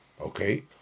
okay